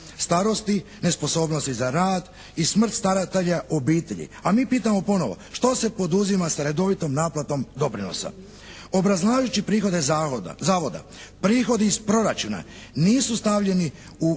starosti, nesposobnosti za rad i smrt staratelja obitelji. A mi pitamo ponovo što se poduzima sa redovitom naplatom doprinosa? Obrazlažući prihode Zavoda prihodi iz Proračuna nisu stavljeni u pravi